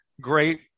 great